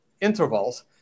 intervals